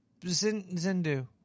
Zindu